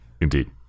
indeed